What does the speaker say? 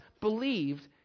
believed